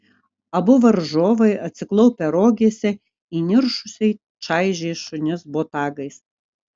abu varžovai atsiklaupę rogėse įniršusiai čaižė šunis botagais